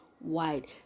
wide